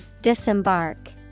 Disembark